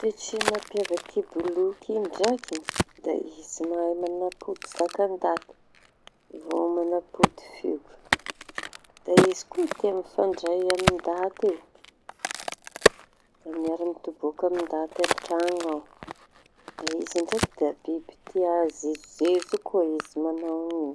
Toetry mampiavaky boloky ndraiky da izy mahay mañam-pody zaka ndaty avao, manam-pody feo. Da izy ko ty mifandray amy ndaty da miara mitoboky amy ndaty io an-traño ao. Da izy ndraiky da biby tia jejojezezo koa izy mañao an'io.